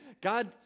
God